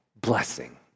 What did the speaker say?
blessing